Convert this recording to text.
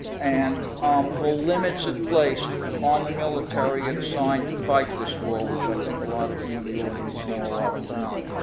and the limits it placed on the military it assigned to fight this war, which i think a lot of you in the audience know a lot about.